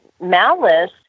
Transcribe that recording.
malice